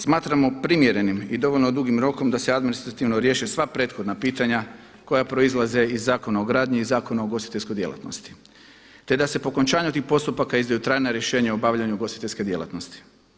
Smatramo primjerenim i dovoljno dugim rokom da se administrativno riješe sva prethodna pitanja koja proizlaze iz Zakona o gradnji i Zakona o ugostiteljskoj djelatnosti, te da se po okončanju tih postupaka izdaju trajna rješenja o obavljanju ugostiteljske djelatnosti.